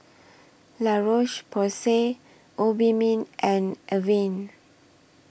La Roche Porsay Obimin and Avene